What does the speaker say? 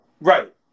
Right